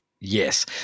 Yes